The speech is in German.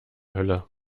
hölle